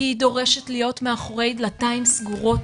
כי היא דורשת להיות מאחוריי דלתיים סגורות